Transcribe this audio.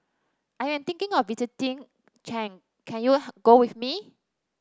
I am thinking of visiting Chad can you go with me